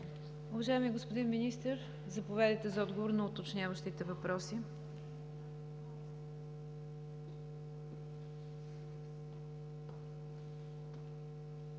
Уважаеми господин Министър, заповядайте за отговор на уточняващите въпроси.